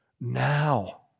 now